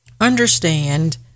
Understand